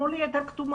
אתמול היא הייתה כתומה.